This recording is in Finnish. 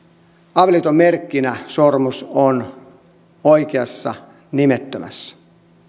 avioliiton merkkinä sormus on oikeassa nimettömässä